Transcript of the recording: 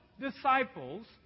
disciples